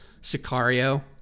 Sicario